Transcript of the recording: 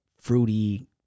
fruity